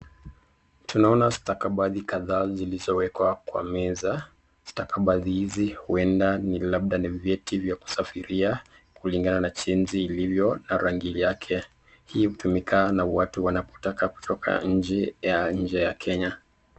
Tunaona stakabadhi kadhaa zilizowekwa kwa meza. Stakabdhi hizi huenda ni labda ni vyeti vya kusafiria kulingana na jinsi ilivyo na rangi yake. Hii hutumika na watu wanapotaka kutoka nje ya Kenya.